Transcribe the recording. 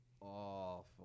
awful